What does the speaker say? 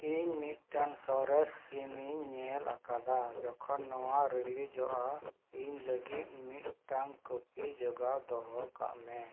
ᱤᱧ ᱢᱤᱫᱴᱟᱝ ᱥᱚᱨᱮᱥ ᱥᱤᱱᱤᱧ ᱧᱮᱞ ᱟᱠᱟᱫᱟ ᱡᱚᱠᱷᱚᱱ ᱱᱚᱣᱟ ᱨᱤᱞᱤᱡᱚᱜᱼᱟ ᱤᱧ ᱞᱟᱹᱜᱤᱫ ᱢᱤᱫᱴᱟᱝ ᱠᱚᱯᱤ ᱡᱚᱜᱟᱣ ᱫᱚᱦᱚ ᱠᱟᱜ ᱢᱮ